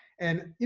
and, you